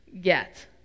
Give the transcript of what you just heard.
get